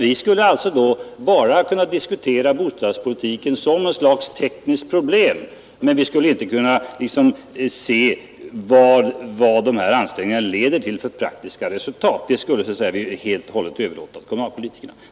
Vi skall alltså bara kunna diskutera bostadspolitiken som ett slags tekniskt problem, men vi skulle inte kunna se vilka praktiska resultat våra åtgärder leder till. Detta skulle vi helt och hållet överlåta åt kommunalpolitikerna.